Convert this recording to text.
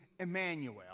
Emmanuel